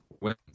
wins